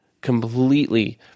completely